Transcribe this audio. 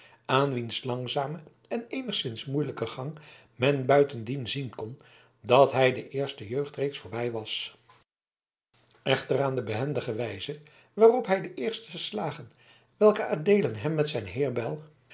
wiens langzamen en eenigszins moeilijken gang men buitendien zien kon dat hij de eerste jeugd reeds voorbij was echter aan de behendige wijze waarop hij de eerste slagen welke adeelen hem met zijn